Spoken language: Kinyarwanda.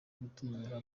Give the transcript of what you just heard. gutinyura